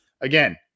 again